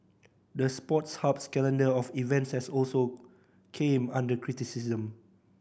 the Sports Hub's calendar of events has also came under criticism